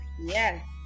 Yes